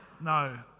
No